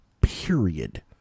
period